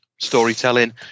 storytelling